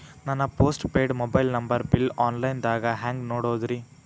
ನನ್ನ postpaid mobile number bill, online ದಾಗ ಹ್ಯಾಂಗ್ ನೋಡೋದ್ರಿ?